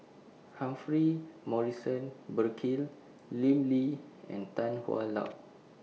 Humphrey Morrison Burkill Lim Lee and Tan Hwa Luck